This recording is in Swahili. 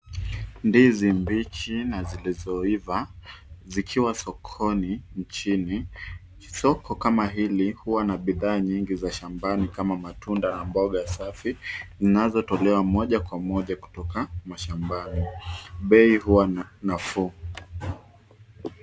Ndizi mbichi na zilizoiva zikiwa sokoni nchini, soko kama hili hua na bidhaa nyingi za shambani kama matunda na mboga safi zinazotolewa moja kwa moja kutoka mashambani, bei hua nafuu.